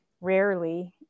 Rarely